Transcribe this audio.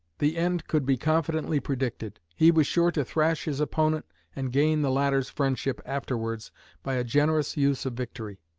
the end could be confidently predicted. he was sure to thrash his opponent and gain the latter's friendship afterwards by a generous use of victory.